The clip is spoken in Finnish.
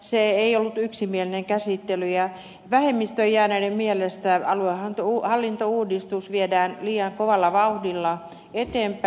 se ei ollut yksimielinen käsittely ja vähemmistöön jääneiden mielestä aluehallintouudistus viedään liian kovalla vauhdilla eteenpäin